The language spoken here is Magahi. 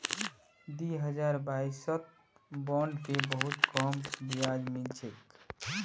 दी हजार बाईसत बॉन्ड पे बहुत कम ब्याज मिल छेक